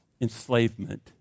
Enslavement